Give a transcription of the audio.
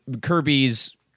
Kirby's